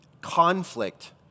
conflict